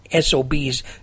SOBs